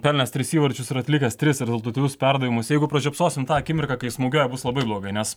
pelnęs tris įvarčius ir atlikęs tris rezultatyvius perdavimus jeigu pražiopsosim tą akimirką kai smūgiuoja bus labai blogai nes